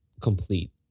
complete